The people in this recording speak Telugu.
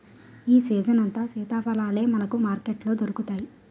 ఈ సీజనంతా సీతాఫలాలే మనకు మార్కెట్లో దొరుకుతాయి